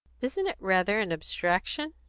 isn't it rather an abstraction?